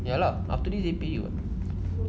ya lah after this they pay you [what]